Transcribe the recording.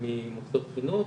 ממוסדות החינוך,